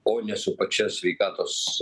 o ne su pačia sveikatos